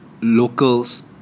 locals